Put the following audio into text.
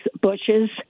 bushes